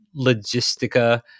logistica